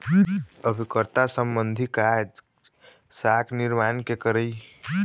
अभिकर्ता संबंधी काज, साख निरमान के करई